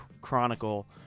Chronicle